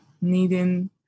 needing